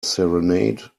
serenade